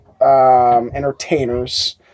entertainers